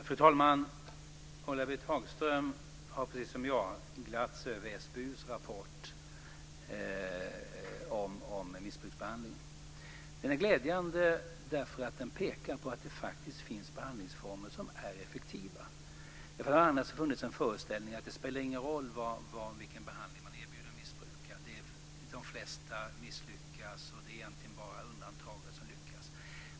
Fru talman! Ulla-Britt Hagström har, precis som jag, glatts över SBU:s rapport om missbruksbehandlingen. Den är glädjande därför att den pekar på att det faktiskt finns behandlingsformer som är effektiva. Det har annars funnits en föreställning om att det inte spelar någon roll vilken behandling man erbjuder missbrukare. De flesta misslyckas. Det är egentligen bara undantagen som lyckas.